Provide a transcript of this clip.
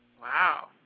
Wow